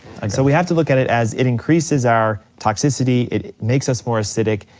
so we have to look at it as it increases our toxicity, it makes us more acidic,